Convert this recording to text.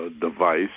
device